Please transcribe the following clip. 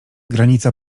granica